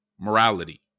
morality